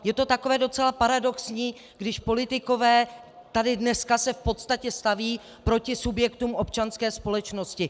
Je to takové docela paradoxní, když politikové tady dneska se v podstatě staví proti subjektům občanské společnosti.